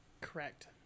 correct